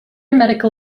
medical